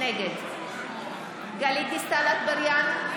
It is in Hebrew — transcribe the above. נגד גלית דיסטל אטבריאן,